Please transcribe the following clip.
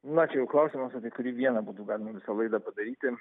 na čia jau klausimas apie kurį vieną būtų galima visą laidą padaryti